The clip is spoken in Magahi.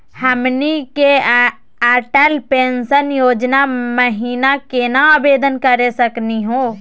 हमनी के अटल पेंसन योजना महिना केना आवेदन करे सकनी हो?